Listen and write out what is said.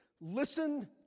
Listen